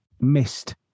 missed